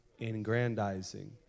ingrandizing